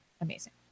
amazing